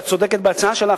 ואת צודקת בהצעה שלך,